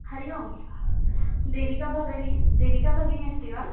हरिः ओं देविका भगिनी देविका भगिनी अस्ति वा